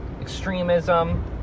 extremism